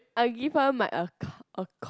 I give up my acco~ acco~